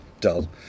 dull